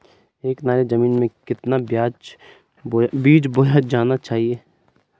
एक नाली जमीन में कितना बीज बोया जाना चाहिए?